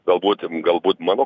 galbūt galbūt mano